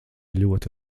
ļoti